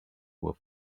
were